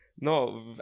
No